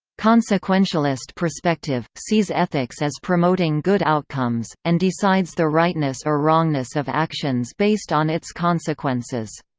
consequentialist perspective sees ethics as promoting good outcomes, and decides the rightness or wrongness of actions based on its consequences.